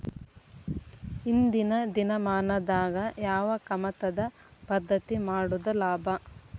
ಇಂದಿನ ದಿನಮಾನದಾಗ ಯಾವ ಕಮತದ ಪದ್ಧತಿ ಮಾಡುದ ಲಾಭ?